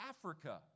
Africa